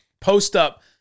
post-up